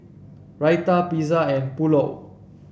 Raita Pizza and Pulao